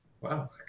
wow